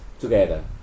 together